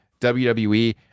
WWE